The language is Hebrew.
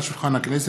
על שולחן הכנסת,